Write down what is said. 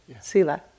Sila